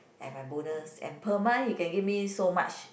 add my bonus and per month he can give me so much